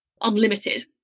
unlimited